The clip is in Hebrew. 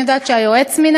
אני יודעת שהיועץ מינה.